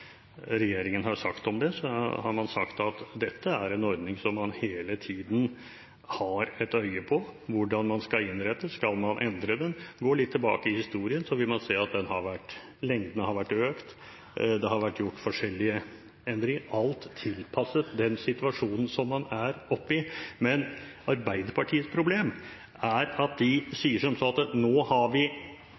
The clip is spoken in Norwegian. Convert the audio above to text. regjeringen har sagt om det, har man sagt at dette er en ordning som man hele tiden har et øye på hvordan man skal innrette – skal man endre den? Går man litt tilbake i historien, vil man se at lengden har vært økt, og at det har vært gjort forskjellige endringer, alt tilpasset den situasjonen som man er oppe i. Men Arbeiderpartiets problem er at de sier som så at nå har vi